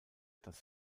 das